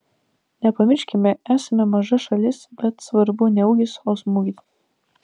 nepamirškime esame maža šalis bet svarbu ne ūgis o smūgis